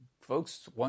folks